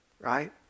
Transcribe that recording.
right